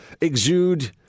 exude